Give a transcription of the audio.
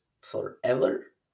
forever